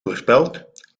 voorspeld